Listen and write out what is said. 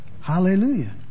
Hallelujah